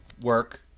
work